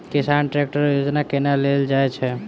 किसान ट्रैकटर योजना केना लेल जाय छै?